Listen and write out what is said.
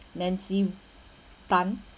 nancy tan